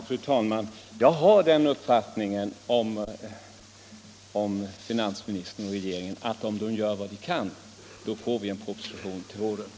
Fru talman! Jag har också den uppfattningen att om finansministern och regeringen gör vad de kan, så får vi en proposition till våren.